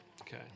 Okay